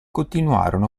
continuarono